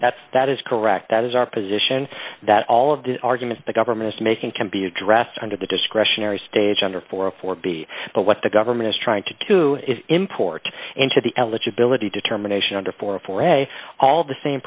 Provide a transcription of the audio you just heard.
that that is correct that is our position that all of the arguments the government is making can be addressed under the discretionary stage under forty four b but what the government is trying to do to import into the eligibility determination